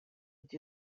which